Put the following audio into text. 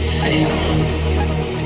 feel